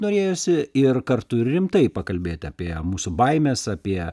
norėjosi ir kartu ir rimtai pakalbėti apie mūsų baimes apie